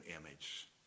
image